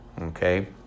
okay